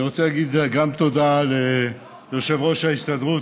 אני רוצה להגיד תודה גם ליושב-ראש ההסתדרות,